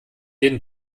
jeden